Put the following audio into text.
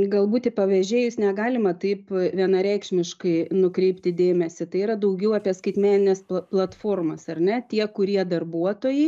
galbūt į pavežėjus negalima taip vienareikšmiškai nukreipti dėmesį tai yra daugiau apie skaitmenines platformas ar ne tie kurie darbuotojai